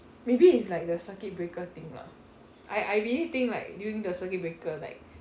maybe it's like the circuit breaker thing lah I I really think like during the circuit breaker like